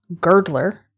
Girdler